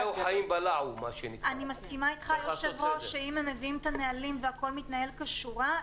אני מסכימה אתך שאם הם מביאים את הנהלים והכול מתנהל כשורה,